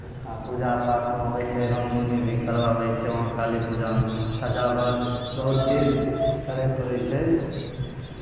आ पूजा पाठ वहाँ होइ छै राम धुनि भी करवाबै छै वहाँ काली पूजामे सजावट बहुत चीज करयके पड़ै छै